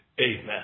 Amen